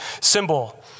symbol